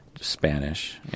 Spanish